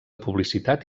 publicitat